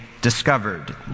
discovered